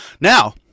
Now